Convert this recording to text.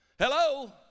hello